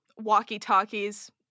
walkie-talkies